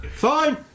Fine